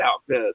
outfit